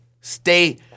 Stay